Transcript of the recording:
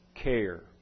Care